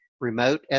remote